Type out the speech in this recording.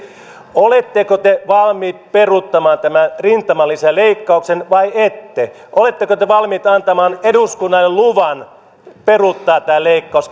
oletteko te valmiit peruuttamaan tämän rintamalisäleikkauksen vai ette oletteko te valmiit antamaan eduskunnalle luvan peruuttaa tämä leikkaus